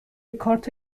کارت